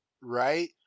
right